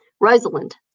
Rosalind